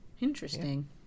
interesting